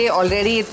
already